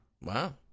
Wow